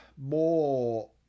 more